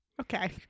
okay